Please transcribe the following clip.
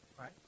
right